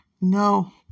No